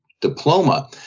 diploma